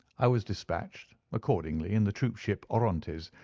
i was dispatched, accordingly, in the troopship orontes,